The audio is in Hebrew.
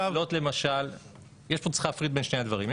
יש פה צריך להפריד בין שני הדברים,